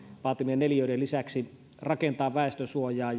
vaatimien neliöiden lisäksi rakentaa väestönsuojaa